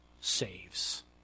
saves